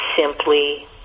simply